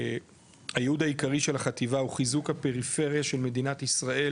הייעוד העיקרי של החטיבה הוא חיזוק הפריפריה של מדינת ישראל,